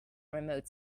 remote